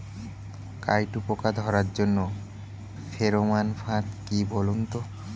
কাটুই পোকা ধরার জন্য ফেরোমন ফাদ কি বলুন তো?